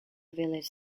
village